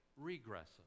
regressive